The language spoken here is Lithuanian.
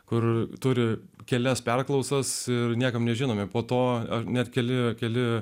kur turi kelias perklausas ir niekam nežinomi po to ar net keli keli